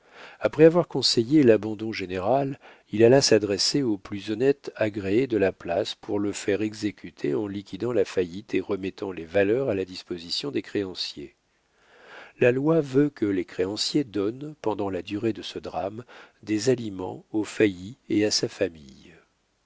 après avoir conseillé l'abandon général il alla s'adresser au plus honnête agréé de la place pour le faire exécuter en liquidant la faillite et remettant les valeurs à la disposition des créanciers la loi veut que les créanciers donnent pendant la durée de ce drame des aliments au failli et à sa famille